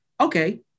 okay